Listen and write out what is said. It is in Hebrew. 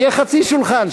שיהיה חצי שולחן.